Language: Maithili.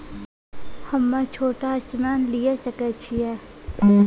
हम्मे छोटा ऋण लिये सकय छियै?